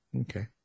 Okay